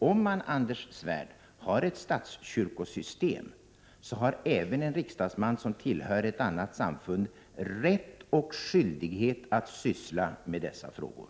Om man, Anders Svärd, har ett statskyrkosystem, har även en riksdagsman som tillhör ett annat samfund rätt och skyldighet att syssla med dessa frågor.